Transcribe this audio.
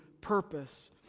purpose